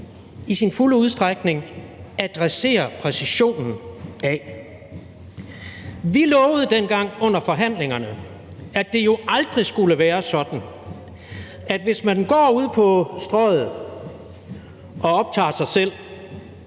i sin fulde udstrækning adresserer præcisionen af. Vi lovede dengang under forhandlingerne, at det jo, hvis man går på Strøget og optager sig selv,